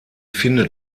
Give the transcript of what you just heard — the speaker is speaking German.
findet